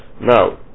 now